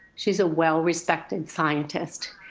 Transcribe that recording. she's a well-respected scientist.